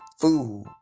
food